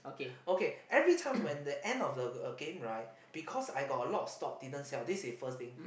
okay every time when at the end of the a a game right because I have a lot of stock didn't sell this is first thing